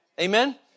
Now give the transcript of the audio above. Amen